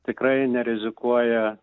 tikrai nerizikuoja